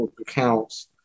accounts